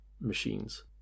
machines